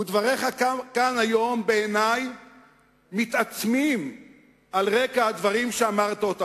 ודבריך כאן היום בעיני מתעצמים על רקע הדברים שאמרת אז,